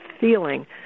feeling